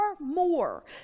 more